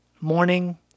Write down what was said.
morning